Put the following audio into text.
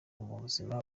buzima